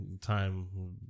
time